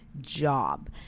Job